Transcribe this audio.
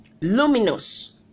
luminous